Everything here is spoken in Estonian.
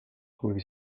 kuigi